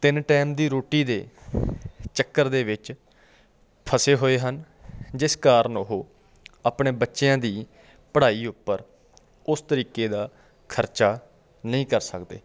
ਤਿੰਨ ਟਾਇਮ ਦੀ ਰੋਟੀ ਦੇ ਚੱਕਰ ਦੇ ਵਿੱਚ ਫਸੇ ਹੋਏ ਹਨ ਜਿਸ ਕਾਰਨ ਉਹ ਅਪਣੇ ਬੱਚਿਆਂ ਦੀ ਪੜ੍ਹਾਈ ਉੱਪਰ ਉਸ ਤਰੀਕੇ ਦਾ ਖਰਚਾ ਨਹੀਂ ਕਰ ਸਕਦੇ